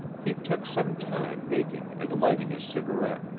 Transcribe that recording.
he took some time making and lighting his cigarette.